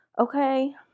okay